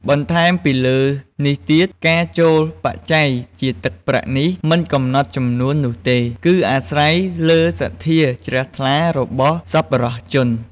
បន្ថែមពីលើនេះទៀត ការចូលបច្ច័យជាទឹកប្រាក់នេះ មិនកំណត់ចំនួននោះទេ គឺអាស្រ័យលើសទ្ធាជ្រះថ្លារបស់សប្បុរសជន។